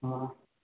ꯑꯥ